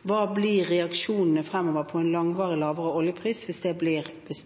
reaksjonene da blir fremover på en langvarig lavere oljepris, hvis